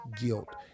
guilt